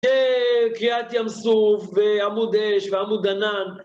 קריאת ים סוף, ועמוד אש, ועמוד ענן.